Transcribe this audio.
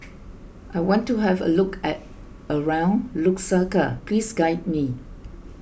I want to have a look at around Lusaka please guide me